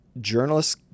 Journalists